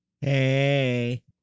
Hey